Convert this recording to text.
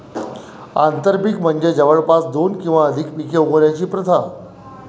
आंतरपीक म्हणजे जवळपास दोन किंवा अधिक पिके उगवण्याची प्रथा